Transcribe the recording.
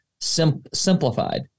simplified